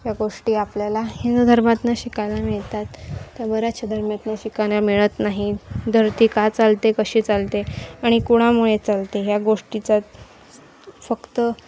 या गोष्टी आपल्याला हिंदू धर्मातून शिकायला मिळतात त्या बऱ्याचशा धर्मातून शिकायला मिळत नाहीत धरती का चालते कशी चालते आणि कोणामुळे चालते ह्या गोष्टीचा फक्त